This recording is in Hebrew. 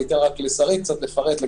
אתן לשרית לפרט.